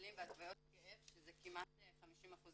מטופלים בהתוויות כאב שזה כמעט 50%